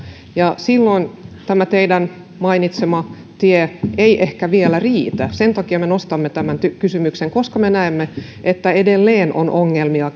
ja silloin tämä teidän mainitsemanne tie ei ehkä vielä riitä sen takia me nostamme tämän kysymyksen koska me näemme että edelleen on ongelmia